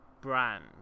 brand